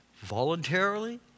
voluntarily